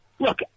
Look